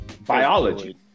biology